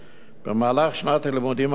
במהלך שנת הלימודים הבאה,